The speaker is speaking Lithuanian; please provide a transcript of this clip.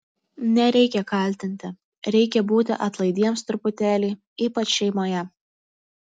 nereikia kaltinti reikia būti atlaidiems truputėlį ypač šeimoje